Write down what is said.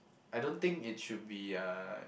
I don't think it should be uh